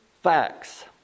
Facts